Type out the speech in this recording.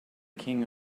king